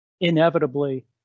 inevitably